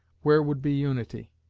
where would be unity?